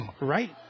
right